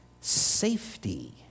safety